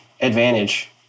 Advantage